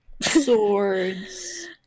Swords